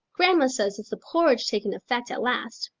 grandma says it's the porridge taking effect at last.